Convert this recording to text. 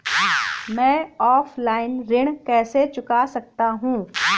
मैं ऑफलाइन ऋण कैसे चुका सकता हूँ?